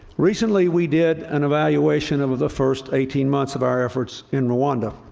recently we did an evaluation of of the first eighteen months of our efforts in rwanda.